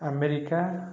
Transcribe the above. America